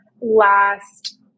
last